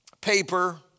paper